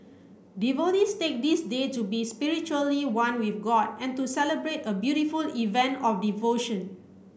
devotees take this day to be spiritually one with god and to celebrate a beautiful event of devotion